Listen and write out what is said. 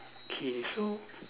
okay so